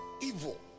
evil